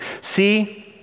see